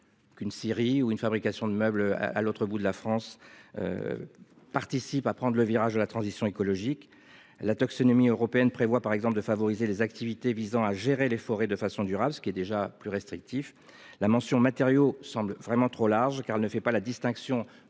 Qu'une scierie où une fabrication de meubles à l'autre bout de la France. Participe à prendre le virage de la transition écologique la taxonomie européenne prévoit par exemple de favoriser les activités visant à gérer les forêts de façon durable ce qui est déjà plus restrictif. La mention matériaux semblent vraiment trop large, car elle ne fait pas la distinction entre